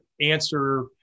answer